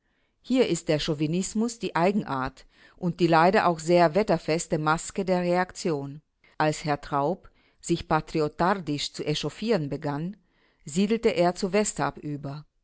hier ist der chauvinismus die eigenart und die leider auch sehr wetterfeste maske der reaktion als herr traub sich patriotardisch zu echauffieren begann siedelte er zu westarp über